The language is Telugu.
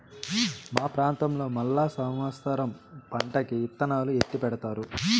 మా ప్రాంతంలో మళ్ళా సమత్సరం పంటకి ఇత్తనాలు ఎత్తిపెడతారు